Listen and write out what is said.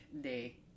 day